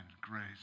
grace